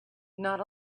not